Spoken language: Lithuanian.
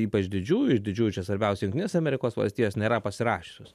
ypač didžiųjų iš didžiųjų čia svarbiausia jungtinės amerikos valstijos nėra pasirašiusios